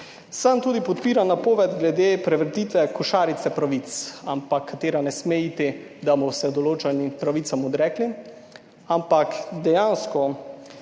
Sam tudi podpiram napoved glede prevrtitve košarice pravic, ampak katera ne sme iti, da boste določenim pravicam odrekli, ampak dejansko